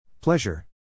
Pleasure